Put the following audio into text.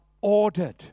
ordered